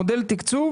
מודל תקצוב,